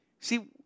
See